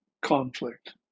conflict